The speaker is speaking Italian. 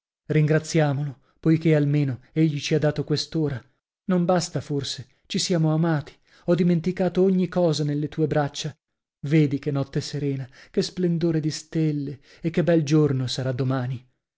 ringraziamolo poichè almeno egli ci ha dato quest'ora non basta forse ci siamo amati ho dimenticato ogni cosa nelle tue braccia vedi che notte serena che splendore di stelle e che bel giorno sarà domani